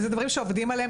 אלה דברים שעובדים עליהם,